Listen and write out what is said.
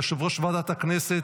יושב-ראש ועדת הכנסת,